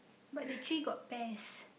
but the trees got pears